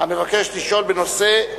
המבקש לשאול בנושא: